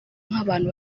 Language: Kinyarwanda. nk’abantu